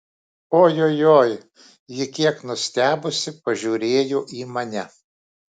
ojojoi ji kiek nustebusi pažiūrėjo į mane